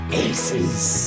aces